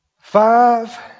Five